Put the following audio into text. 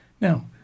now